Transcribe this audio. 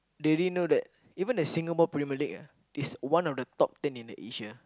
they didn't know that even the Singapore-Premier-League ah is one of the top ten in Asia